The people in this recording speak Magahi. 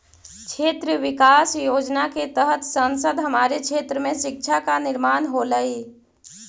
क्षेत्र विकास योजना के तहत संसद हमारे क्षेत्र में शिक्षा का निर्माण होलई